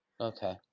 Okay